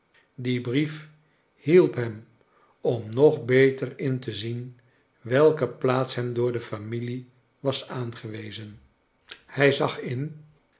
die brief hielp hem om nog beter in te zien welke plaats hem door de familie was aangewezen hij zag in